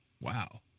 Wow